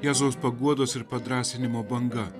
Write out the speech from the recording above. jėzaus paguodos ir padrąsinimo banga